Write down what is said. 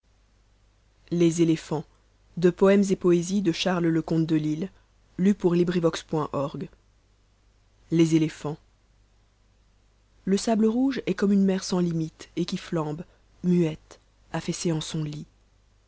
les kléphants le sable rouge est comme une mer sans limite et qui flambe muette amaissée en son tit